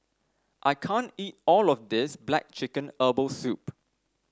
I can't eat all of this black chicken Herbal Soup